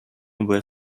were